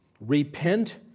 repent